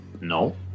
No